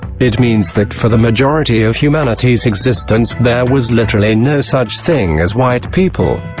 it means that for the majority of humanity's existence, there was literally no such thing as white people.